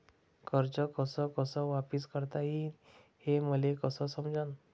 कर्ज कस कस वापिस करता येईन, हे मले कस समजनं?